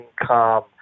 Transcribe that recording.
income